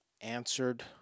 answered